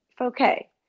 okay